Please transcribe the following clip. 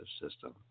system